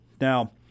Now